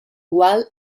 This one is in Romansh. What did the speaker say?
ual